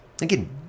Again